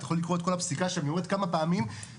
אתה יכול לקרוא את כל הפסיקה שם היא אומרת כמה פעמים שיש